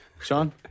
Sean